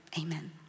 amen